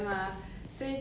要看戏